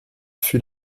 fut